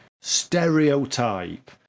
stereotype